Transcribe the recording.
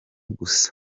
gusa